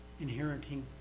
inheriting